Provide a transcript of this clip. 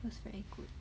that's very good